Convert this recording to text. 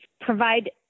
provide